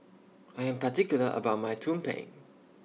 I Am particular about My Tumpeng